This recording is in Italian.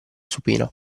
supina